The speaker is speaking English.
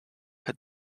had